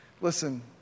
Listen